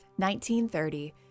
1930